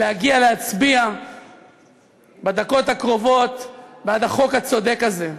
להגיע להצביע בדקות הקרובות בעד החוק הצודק הזה.